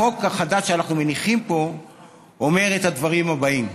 החוק החדש שאנחנו מניחים פה אומר את הדברים האלה: